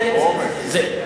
זה, קומץ.